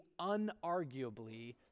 unarguably